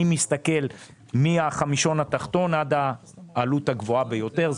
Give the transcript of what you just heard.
אני מסתכל מהחמישון התחתון עד העלות הגבוהה ביותר.